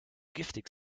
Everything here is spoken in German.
giftig